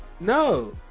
No